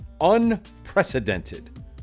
unprecedented